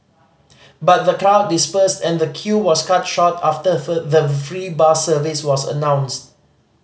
but the crowd dispersed and the queue was cut short after for the free bus service was announced